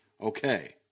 okay